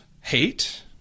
hate